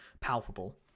palpable